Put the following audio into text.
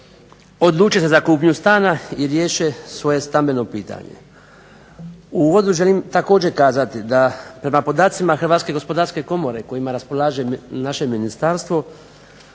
odluče se za kupnju stana i riješe svoje stambeno pitanje. U uvodu želim također kazati da prema podacima Hrvatske gospodarske komore kojima raspolaže naše ministarstvo